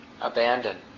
abandoned